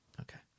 Okay